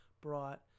brought